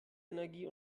energie